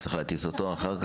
כי צריך להטיס אותו אחר כך?